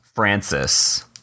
Francis